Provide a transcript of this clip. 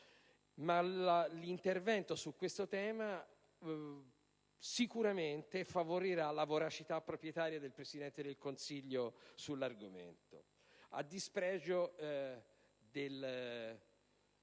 un giornale di famiglia) che sicuramente favorirà la voracità proprietaria del Presidente del Consiglio sull'argomento, a dispregio del